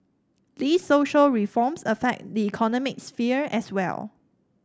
these social reforms affect the economic sphere as well